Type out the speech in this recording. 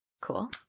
Cool